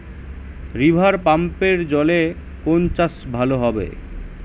রিভারপাম্পের জলে কোন চাষ ভালো হবে?